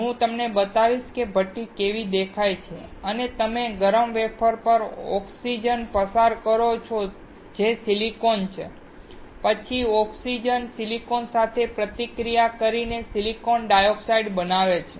હું તમને બતાવીશ કે ભઠ્ઠી કેવી દેખાય છે અને તમે ગરમ વેફર પર ઓક્સિજન પસાર કરો છો જે સિલિકોન છે પછી ઓક્સિજન સિલિકોન સાથે પ્રતિક્રિયા કરીને સિલિકોન ડાયોક્સાઇડ બનાવે છે